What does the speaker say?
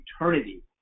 eternity